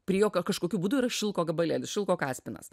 prie jo kažkokiu būdu yra šilko gabalėlis šilko kaspinas